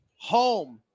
home